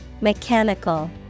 Mechanical